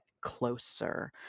closer